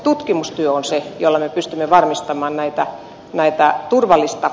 tutkimustyö on se millä me pystymme varmistamaan meitä naittaa turvallista